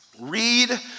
Read